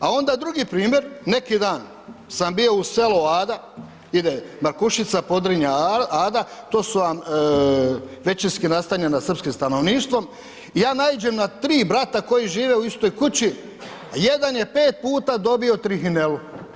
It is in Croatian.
A onda drugi primjer, neki dan sam bio u selu Ada, ide Markušica, Podrinja, Ada, to su vam većinski nastanjena srpskim stanovništvom, ja naiđe na tri brata koji žive u istoj kući a jedan je 5 puta dobio trihinelu.